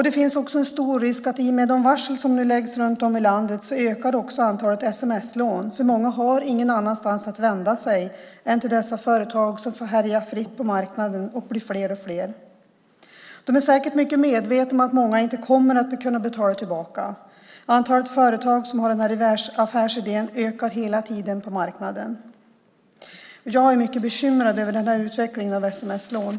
Det finns också en stor risk att antalet sms-lån ökar i och med de varsel som nu läggs runt om i landet, för många har ingen annanstans att vända sig än till dessa företag som får härja fritt på marknaden och blir fler och fler. De är säkert mycket medvetna om att många inte kommer att kunna betala tillbaka. Antalet företag som har den här affärsidén ökar hela tiden på marknaden. Jag är mycket bekymrad över den utvecklingen av sms-lånen.